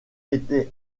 était